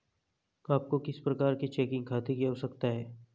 आपको किस प्रकार के चेकिंग खाते की आवश्यकता है?